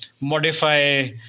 modify